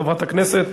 חברת הכנסת,